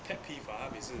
pet peeve ah 他每次